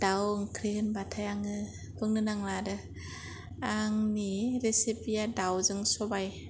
दाव ओंख्रि होनबाथाय आङो बुंनो नांला आरो आंनि रेसिफिआ दावजों सबाय